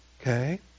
Okay